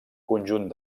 conjunt